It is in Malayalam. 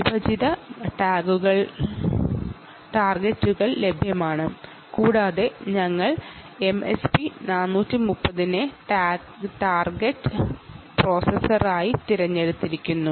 വിഭജിത ടാർഗെറ്റുകൾ ലഭ്യമാണ് കൂടാതെ ഞങ്ങൾ എംഎസ്പി 430 നെ ടാർഗെറ്റ് പ്രോസസറായി തിരഞ്ഞെടുക്കുന്നു